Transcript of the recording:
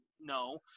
No